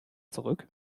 zurück